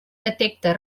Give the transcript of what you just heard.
detecta